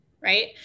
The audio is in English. right